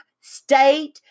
state